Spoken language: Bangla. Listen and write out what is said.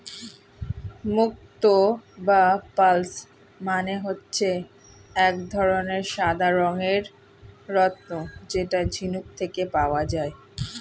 মুক্তো বা পার্লস মানে হচ্ছে এক ধরনের সাদা রঙের রত্ন যেটা ঝিনুক থেকে পাওয়া যায়